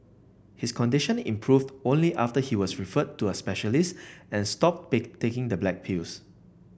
his condition improved only after he was referred to a specialist and stopped bake taking the black pills